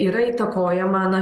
yra įtakojama na